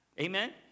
Amen